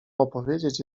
opowiedzieć